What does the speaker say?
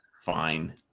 fine